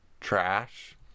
trash